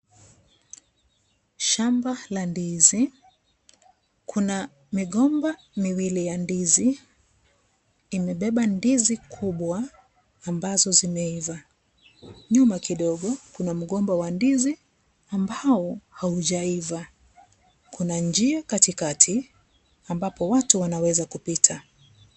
Shamba la ndizi, kuna migomba miwili ya ndizi imebeba ndizi kubwa ambazo zimeiva. Nyuma kidogo kuna mgomba wa ndizi ambao haujaiva. Kuna njia katikati ambapo watu wanaweza kupita.